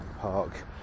park